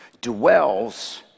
dwells